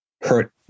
hurt